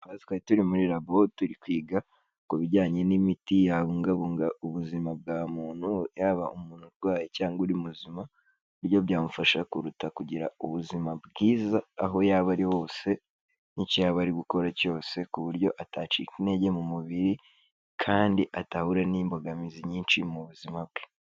Aha twari turi muri rabo turi kwiga ku bijyanye n'imiti yabungabunga ubuzima bwa muntu, yaba umuntu urwaye cyangwa uri muzima, uburyo byamufasha kuruta kugira ubuzima bwiza aho yaba ari hose n'icyo yaba ari gukora cyose, ku buryo atacika intege mu mubiri kandi atahura n'imbogamizi nyinshi mu buzima bwe.